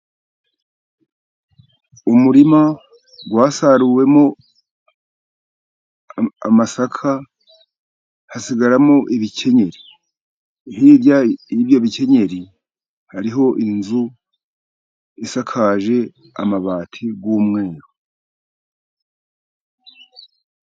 Umurima wasaruwemo amasaka, hasigaramo ibikenyeri. Hirya y'ibyo bikenyeri, hariho inzu isakaje amabati y'umweru.